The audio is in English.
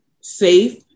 safe